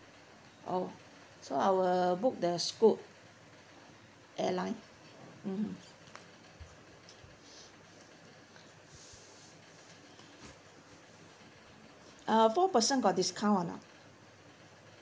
oh so I will book the Scoot Airline mmhmm uh four person got discount or not